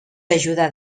ajuda